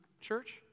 church